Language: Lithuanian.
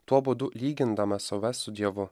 tuo būdu lygindamas save su dievu